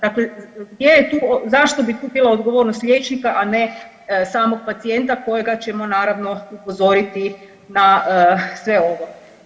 Dakle, gdje je tu, zašto bi tu bila odgovornost liječnika, a ne samog pacijenta kojega ćemo naravno upozoriti na sve ovo.